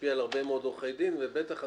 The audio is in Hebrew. שישפיע על הרבה מאוד עורכי דין ואני